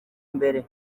imbere